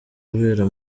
abera